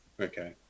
Okay